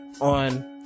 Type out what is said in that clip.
on